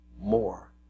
more